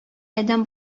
адәм